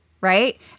Right